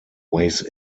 weighs